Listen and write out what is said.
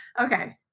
okay